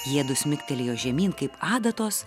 jiedu smigtelėjo žemyn kaip adatos